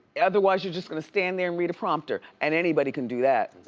yeah otherwise you're just gonna stand there and read a prompter and anybody can do that.